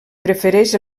prefereix